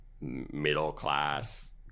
middle-class